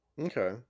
Okay